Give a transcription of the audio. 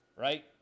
right